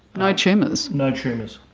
no tumours? no tumours.